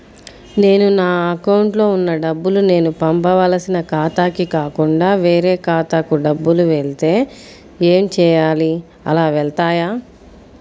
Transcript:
నేను నా అకౌంట్లో వున్న డబ్బులు నేను పంపవలసిన ఖాతాకి కాకుండా వేరే ఖాతాకు డబ్బులు వెళ్తే ఏంచేయాలి? అలా వెళ్తాయా?